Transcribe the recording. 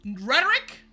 rhetoric